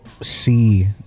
see